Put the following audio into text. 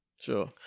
Sure